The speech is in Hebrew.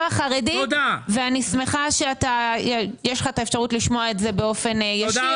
החרדי ואני שמחה שיש לך את האפשרות לשמוע את זה באופן ישיר,